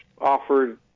offered